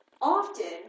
often